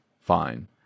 Fine